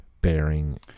bearing